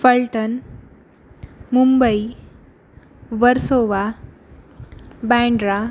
Phaltan Mumbai Versova Bandra